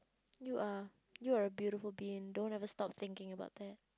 you are you are a beautiful being don't ever stop thinking about that